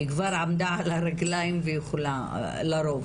היא כבר עמדה על הרגליים והיא יכולה על הרוב,